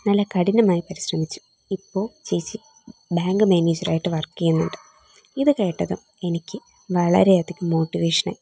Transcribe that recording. നല്ല കഠിനമായി പരിശ്രമിച്ചു ഇപ്പോൾ ചേച്ചി ബാങ്ക് മാനേജർ ആയിട്ട് വർക്ക് ചെയ്യുന്നുണ്ട് ഇത് കേട്ടതും എനിക്ക് വളരെയധികം മോട്ടിവേഷൻ ആയി